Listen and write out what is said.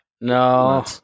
no